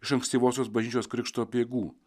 iš ankstyvosios bažnyčios krikšto apeigų